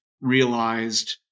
realized